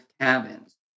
cabins